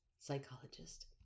psychologist